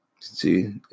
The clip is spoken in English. see